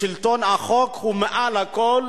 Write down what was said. שלטון החוק הוא מעל לכול,